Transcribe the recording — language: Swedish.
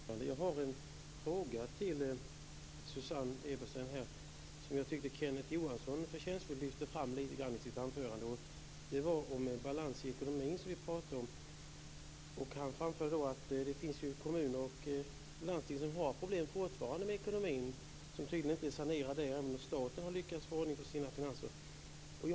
Fru talman! Jag har en fråga till Susanne Eberstein om någonting som Kenneth Johansson förtjänstfullt lyfte fram i sitt anförande. Det handlar om balans i ekonomin. Kenneth Johansson framförde att det finns kommuner och landsting som fortfarande har problem med ekonomin, som tydligen inte är sanerad även om staten har lyckats få ordning på sina finanser.